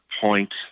point